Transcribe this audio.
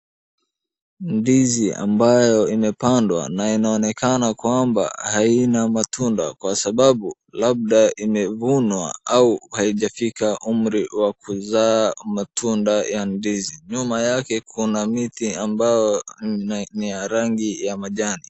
Ndizi ambayo imepandwa na inaonekana kwamba haina matunda kwa sababu labda imevunwa au haijafika umri wa kuzaa matunda ya ndizi. Nyuma yake kuna miti ambao ni ya rangi ya majani.